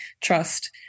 trust